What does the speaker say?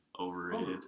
Overrated